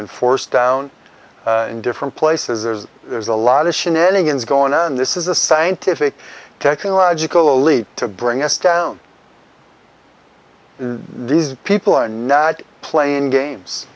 and forced down in different places or there's a lot of shenanigans going on this is a scientific technological leap to bring us down these people are now playing games